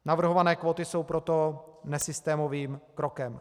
Navrhované kvóty jsou proto nesystémovým krokem.